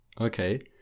Okay